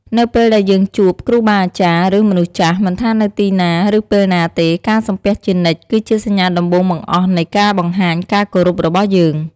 នៅពេលដែលយើងជួប គ្រូបាអាចារ្យ ឬ មនុស្សចាស់ មិនថានៅទីណា ឬពេលណាទេ ការសំពះជានិច្ច គឺជាសញ្ញាដំបូងបង្អស់នៃការបង្ហាញការគោរពរបស់យើង។